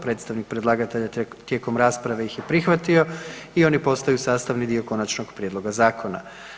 Predstavnik predlagatelja tijekom rasprave ih je prihvatio i oni postaju sastavni dio konačnog prijedloga zakona.